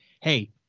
hey